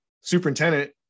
superintendent